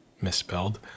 misspelled